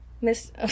Miss